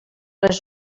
les